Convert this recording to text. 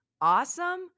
Awesome